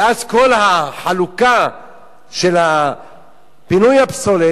ואז כל החלוקה של פינוי הפסולת,